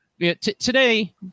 today